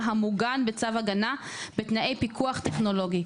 המוגן בצו הגנה בתנאי פיקוח טכנולוגי,